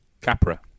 Capra